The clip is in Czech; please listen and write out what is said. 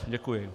Děkuji.